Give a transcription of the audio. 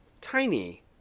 tiny